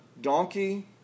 donkey